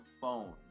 phone